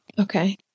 Okay